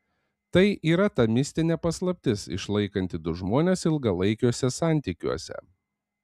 tai yra ta mistinė paslaptis išlaikanti du žmones ilgalaikiuose santykiuose